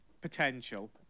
potential